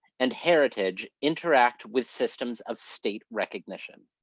and heritage interact with systems of state recognition.